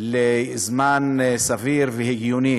לזמן סביר והגיוני